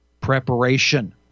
Preparation